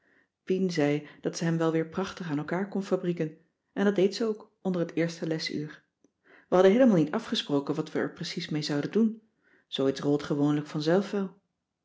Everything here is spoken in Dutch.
pien zei dat ze hem wel weer prachtig aan elkaar kon fabrieken en dat deed ze ook onder het eerste lesuur we hadden heelemaal niet afgesproken wat we er precies mee zouden doen zooiets rolt gewoonlijk van zelf wel